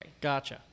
Gotcha